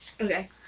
Okay